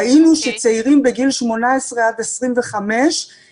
ראינו שהסיכוי של צעירים בגיל 18 - 25 להיות